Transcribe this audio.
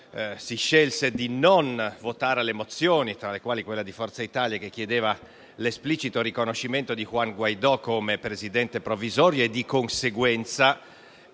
si scelse di non approvare alcune mozioni, tra le quali quella di Forza Italia che chiedeva l'esplicito riconoscimento di Juan Guaidó come Presidente provvisorio, e di conseguenza